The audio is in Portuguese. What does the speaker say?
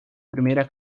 primeira